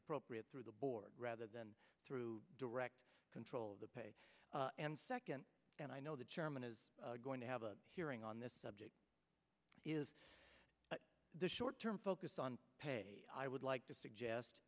appropriate through the board rather than through direct control of the pay and second and i know the chairman is going to have a hearing on this subject is the short term focus on pay i would like to suggest